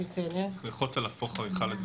מה הם העקרונות של השחרור המורחב?